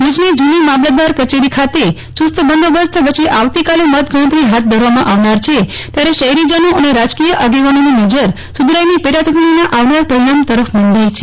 ભુજની જુની મામલતદાર કચેરી ખાતે ચુસ્ત બંદોબસ્ત વચ્ચે આવતીકાલે મત ગણતરી ફાથ ધરવામાં આવનાર છે ત્યારે શફેરીજનો અને રાજકીય આગેવાનોની નજર સુધરાઈની પેટાચૂંટણીના આવનાર પરિણામ તરફ મંડાઈ છે